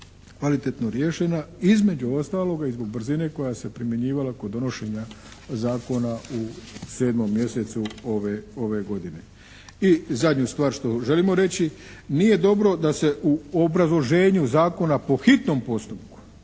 kvalitetno riješena. Između ostaloga i zbog brzine koja se primjenjivala kod donošenja u 7. mjesecu ove godine. I zadnju stvar što želimo reći, nije dobro da se u obrazloženju zakona po hitnom postupku